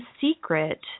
secret